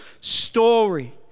story